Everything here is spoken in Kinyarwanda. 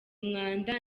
umwanda